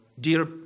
dear